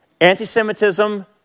anti-Semitism